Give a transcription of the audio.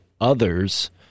others